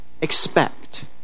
expect